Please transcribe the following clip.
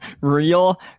Real